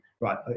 right